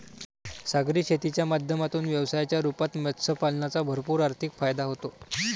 सागरी शेतीच्या माध्यमातून व्यवसायाच्या रूपात मत्स्य पालनाचा भरपूर आर्थिक फायदा होतो